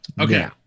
Okay